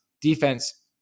defense